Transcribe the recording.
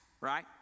right